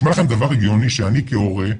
נשמע לכם דבר הגיוני שאני כהורה,